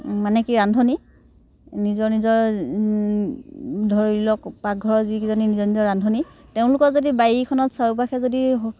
মানে কি ৰান্ধনি নিজৰ নিজৰ ধৰি লওক পাকঘৰৰ যিকেইজনী নিজৰ নিজৰ ৰান্ধনি তেওঁলোকৰ যদি বাৰীখনত চাৰিওপাশে যদি